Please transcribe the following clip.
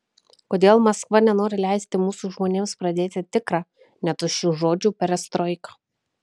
kodėl maskva nenori leisti mūsų žmonėms pradėti tikrą ne tuščių žodžių perestroiką